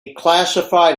classified